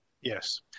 Yes